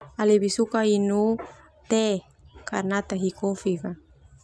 Au lebih suka ini teh karna au taho kofi fa.